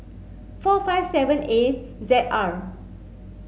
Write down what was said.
four five seven A Z R